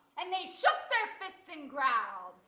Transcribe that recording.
and they shook their fists and growled.